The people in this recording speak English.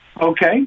okay